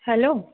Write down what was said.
hello